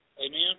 Amen